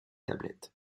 tablettes